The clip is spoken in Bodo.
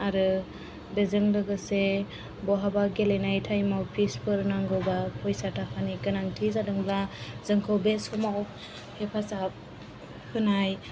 आरो बेजों लोगोसे बहाबा गेलेनाय टाइम आव फिस फोर नांगौबा फैसा थाखानि गोनांथि जादोंब्ला जोंखौ बे समाव हेफाजाब होनाय